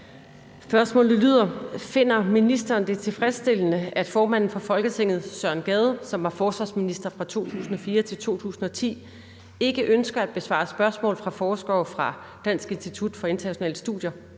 Mach (EL): Finder ministeren det tilfredsstillende, at formanden for Folketinget, Søren Gade, der var forsvarsminister fra 2004 til 2010, ikke ønsker at besvare spørgsmål fra forskere fra Dansk Institut for Internationale Studier